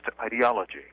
ideology